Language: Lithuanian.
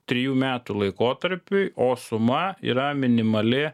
trijų metų laikotarpiui o suma yra minimali